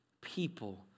people